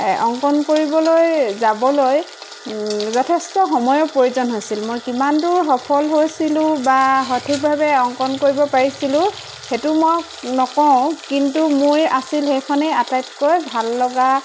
অংকন কৰিবলৈ যাবলৈ যথেষ্ট সময়ৰ প্ৰয়োজন হৈছিল মই কিমানটোৰ সফল হৈছিলোঁ বা সঠিকভাৱে অংকণ কৰিব পাৰিছিলোঁ সেইটো মই নকওঁ কিন্তু মোৰ আছিল সেইখনেই আটাইতকৈ ভাললগা